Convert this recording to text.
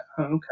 okay